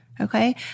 okay